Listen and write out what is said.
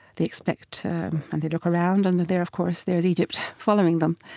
they expect and they look around, and there, of course, there's egypt following them